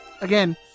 again